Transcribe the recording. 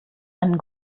einen